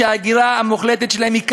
שההגירה המוחלטת שלהם היא כלכלית,